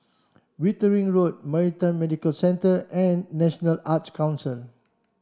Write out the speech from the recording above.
Wittering Road Maritime Medical Centre and National Arts Council